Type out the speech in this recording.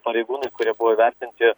pareigūnai kurie buvo įvertinti